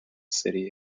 city